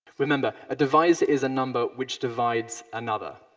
remember, a divisor is a number which divides another.